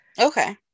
Okay